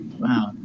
wow